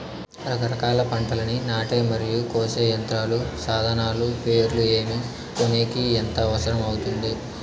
రకరకాల పంటలని నాటే మరియు కోసే యంత్రాలు, సాధనాలు పేర్లు ఏమి, కొనేకి ఎంత అవసరం అవుతుంది?